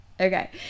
okay